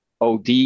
OD